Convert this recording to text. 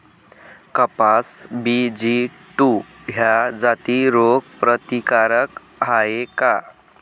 कपास BG two ह्या जाती रोग प्रतिकारक हाये का?